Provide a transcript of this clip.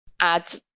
add